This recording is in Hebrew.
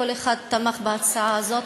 לכל אחד שתמך בהצעה הזאת,